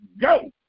go